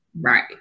Right